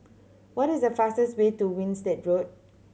what is the fastest way to Winstedt Road